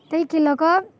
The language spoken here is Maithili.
ताहिके लऽ कऽ